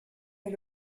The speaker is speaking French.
est